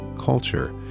culture